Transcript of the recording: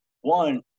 One